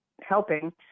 helping